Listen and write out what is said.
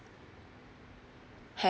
has